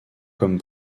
comme